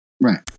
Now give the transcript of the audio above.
Right